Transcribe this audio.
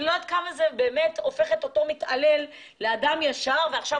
אני לא יודעת עד כמה זה יהפוך את אותו מתעלל לאדם ישר ונורמטיבי.